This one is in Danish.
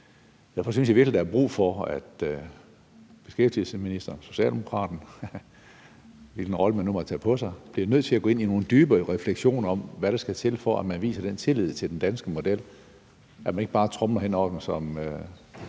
jeg virkelig, der er brug for, at beskæftigelsesministeren eller socialdemokraten, hvilken rolle man nu måtte tage på sig, bliver nødt til at gå ind i nogen dybere refleksioner om, hvad der skal til, for at man viser den tillid til den danske model, at man ikke bare tromler hen over den, som